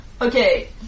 Okay